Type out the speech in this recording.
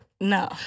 No